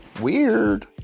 weird